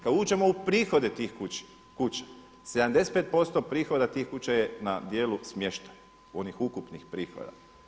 Kada uđemo u prihode tih kuća, 75% prihoda tih kuća je na dijelu smještaja onih ukupnih prihoda.